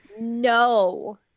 No